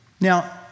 Now